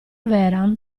vehrehan